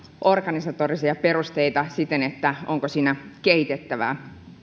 organisatorisia perusteita siten että onko siinä kehitettävää